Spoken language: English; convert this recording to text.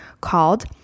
called